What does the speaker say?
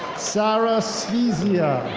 sarah svesia.